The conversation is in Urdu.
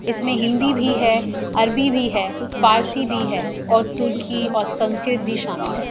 اس میں ہندی بھی ہے عربی بھی ہے فارسی بھی ہے اور ترکی اور سنسکرت بھی شامل ہے